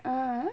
(uh huh)